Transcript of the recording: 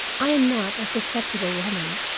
i am not a susceptible woman.